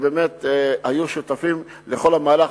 שהיו שותפים לכל המהלך.